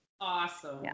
Awesome